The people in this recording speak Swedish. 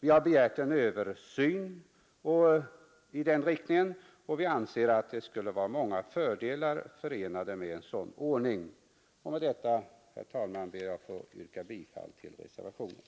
Vi har begärt en översyn som går i den riktningen. Vi anser också att en sådan ordning skulle vara förenad med många fördelar. Med detta, herr talman, ber jag att få yrka bifall till reservationen.